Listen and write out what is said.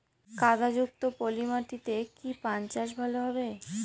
কাদা যুক্ত পলি মাটিতে কি পান চাষ ভালো হবে?